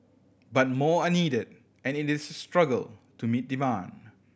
but more are needed and it is a struggle to meet demand